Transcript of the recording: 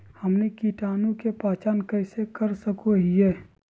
हमनी कीटाणु के पहचान कइसे कर सको हीयइ?